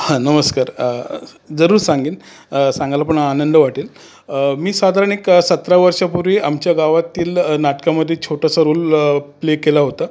हा नमस्कार जरूर सांगेन सांगायला पण आनंद वाटेल मी साधारण एक सतरा वर्षांपूर्वी आमच्या गावातील नाटकामध्ये छोटासा रोल प्ले केला होता